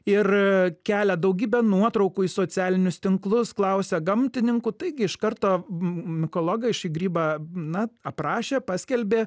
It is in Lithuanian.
ir kelia daugybę nuotraukų į socialinius tinklus klausia gamtininkų taigi iš karto mm mikologai šį grybą na aprašė paskelbė